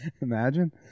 Imagine